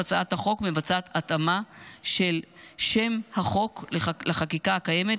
הצעת החוק מבצעת התאמה של שם החוק לחקיקה הקיימת,